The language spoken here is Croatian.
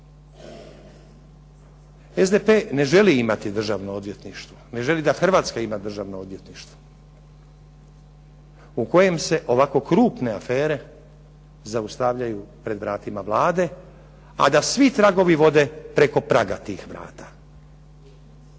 SDP ne želi imati državno odvjetništvo, ne želi da Hrvatska ima državno odvjetništvo u kojem se ovako krupne afere zaustavljaju pred vratima Vlade a da svi tragovi vode preko praga tih vrata.